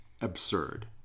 absurd